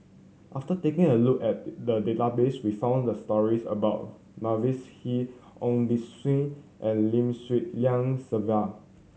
after taking a look at the the database we found the stories about Mavis Hee Ong Beng Seng and Lim Swee Lian Sylvia